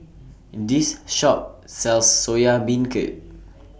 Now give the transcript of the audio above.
This Shop sells Soya Beancurd